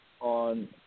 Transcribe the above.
on